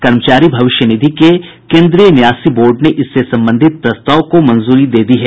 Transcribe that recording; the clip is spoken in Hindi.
कर्मचारी भविष्य निधि के केंद्रीय न्यासी बोर्ड ने इससे संबंधित प्रस्ताव को मंजूरी दे दी है